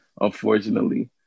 unfortunately